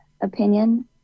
opinion